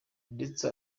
ndetse